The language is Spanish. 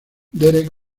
derek